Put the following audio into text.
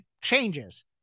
changes